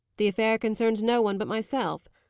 the affair concerns no one but myself.